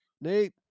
Nate